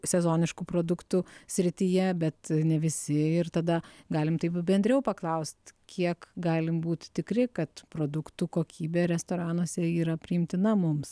sezoniškų produktų srityje bet ne visi ir tada galim taip bendriau paklaust kiek galim būt tikri kad produktų kokybė restoranuose yra priimtina mums